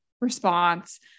response